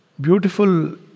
beautiful